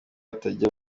atajya